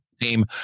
team